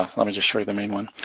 um let me just show the main one.